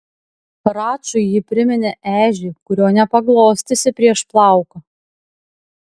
račui ji priminė ežį kurio nepaglostysi prieš plauką